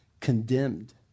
condemned